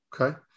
Okay